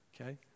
okay